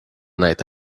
night